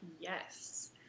yes